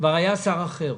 והיה שר אחר.